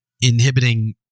inhibiting